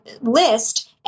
list